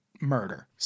murder